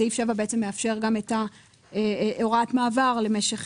סעיף 7 בעצם מאפשר גם את הוראת המעבר למשך